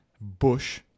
bush